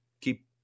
keep